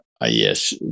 yes